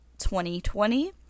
2020